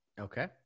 Okay